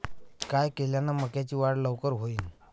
काय केल्यान मक्याची वाढ लवकर होईन?